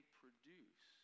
produce